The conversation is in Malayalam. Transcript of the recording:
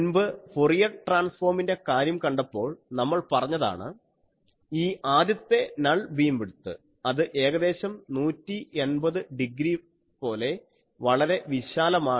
മുൻപ് ഫൊറിയർ ട്രാൻസ്ഫോമിൻ്റെ കാര്യം കണ്ടപ്പോൾ നമ്മൾ പറഞ്ഞതാണ് ഈ ആദ്യത്തെ നൾ ബീം വിഡ്ത്ത് അത് ഏകദേശം 180 ഡിഗ്രി പോലെ വളരെ വിശാലമാണ്